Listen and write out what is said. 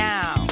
Now